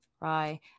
right